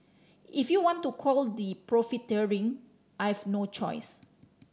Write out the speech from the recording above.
if you want to call the profiteering I've no choice